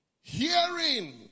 Hearing